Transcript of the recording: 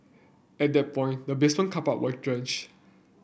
at that point the basement car park were drench